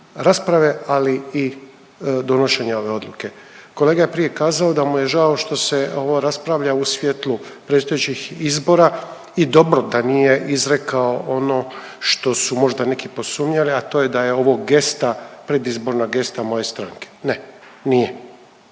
rasprave, ali i donošenja ove odluke. Kolega je prije kazao da mu je žao što se ovo raspravlja u svjetlu predstojećih izbora i dobro da nije izrekao ono što su možda neki posumnjali, a to je da je ovo gesta, predizborna gesta moje stranke. Ne, nije.